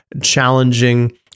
challenging